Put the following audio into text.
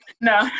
No